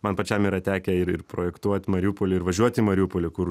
man pačiam yra tekę ir ir projektuot mariupoly ir važiuot į mariupolį kur